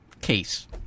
case